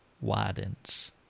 widens